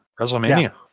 WrestleMania